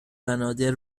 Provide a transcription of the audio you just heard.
بنادر